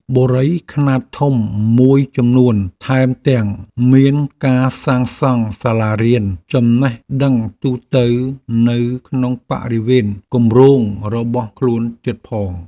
បុរីខ្នាតធំមួយចំនួនថែមទាំងមានការសាងសង់សាលារៀនចំណេះដឹងទូទៅនៅក្នុងបរិវេណគម្រោងរបស់ខ្លួនទៀតផង។